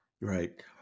Right